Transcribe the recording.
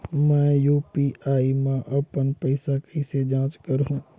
मैं यू.पी.आई मा अपन पइसा कइसे जांच करहु?